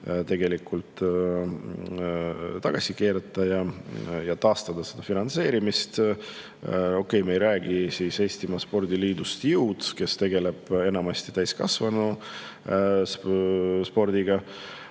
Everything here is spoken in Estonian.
tuleks tagasi keerata, taastada see finantseerimine. Okei, me ei räägi Eestimaa Spordiliidust Jõud, kes tegeleb enamasti täiskasvanuspordiga,